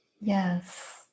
Yes